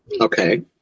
Okay